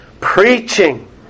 preaching